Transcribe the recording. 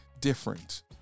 different